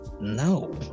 No